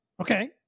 Okay